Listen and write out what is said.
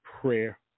prayer